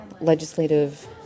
legislative